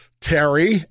Terry